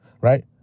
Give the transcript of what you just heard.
Right